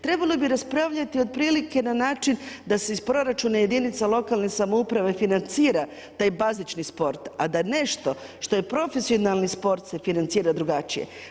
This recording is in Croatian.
Trebalo bi raspravljati otprilike na način da se iz proračuna jedinica lokalne samouprave financira taj bazični sport a da nešto što je profesionalni sport se financira drugačije.